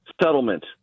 settlement